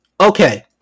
Okay